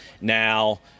Now